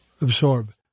absorb